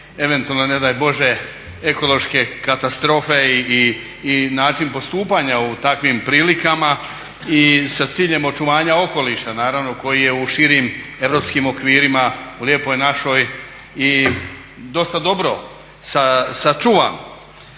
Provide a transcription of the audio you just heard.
eventualne ne daj Bože ekološke katastrofe i način postupanja u takvim prilikama i sa ciljem očuvanja okoliša naravno koji je u širim europskim okvirima u Lijepoj našoj i dosta dobro sačuvan.